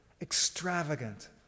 extravagant